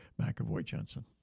McAvoy-Jensen